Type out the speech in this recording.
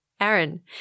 Aaron